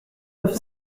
neuf